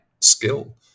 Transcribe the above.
skill